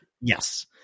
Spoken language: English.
Yes